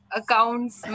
accounts